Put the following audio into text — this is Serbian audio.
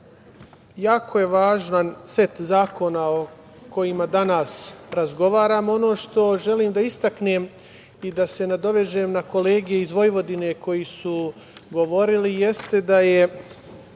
jako je važan set zakona o kojima danas razgovaramo. Ono što želim da istaknem i da se nadovežem na kolege iz Vojvodine koji su govorili, jeste da je